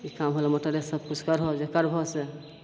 ई काम होलौ मोटरे सभकिछु करबहो आब जे करबहो से